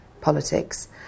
politics